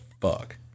fuck